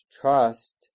trust